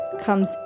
comes